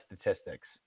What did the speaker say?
statistics